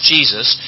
Jesus